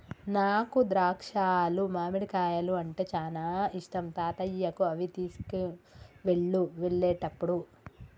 నాకు ద్రాక్షాలు మామిడికాయలు అంటే చానా ఇష్టం తాతయ్యకు అవి తీసుకువెళ్ళు వెళ్ళేటప్పుడు